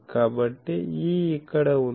కాబట్టి E ఇక్కడ ఉంది